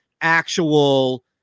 actual